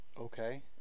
Okay